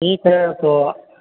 ठीक है तो